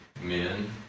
men